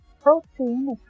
protein